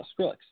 Skrillex